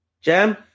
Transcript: Jam